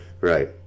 Right